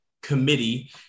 committee